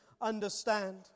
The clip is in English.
understand